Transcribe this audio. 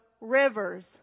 rivers